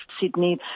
Sydney